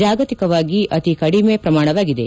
ಜಾಗತಿಕವಾಗಿ ಅತಿ ಕಡಿಮೆ ಪ್ರಮಾಣವಾಗಿದೆ